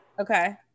Okay